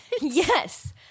Yes